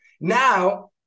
now